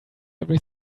every